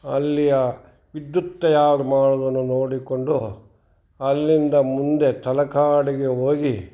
ಅಲ್ಲಿಯ ವಿದ್ಯುತ್ ತಯಾರು ಮಾಡೋದನ್ನು ನೋಡಿಕೊಂಡು ಅಲ್ಲಿಂದ ಮುಂದೆ ತಲಕಾಡಿಗೆ ಹೋಗಿ